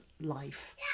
life